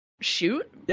shoot